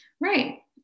Right